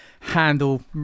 handle